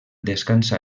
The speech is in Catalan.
descansa